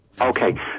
Okay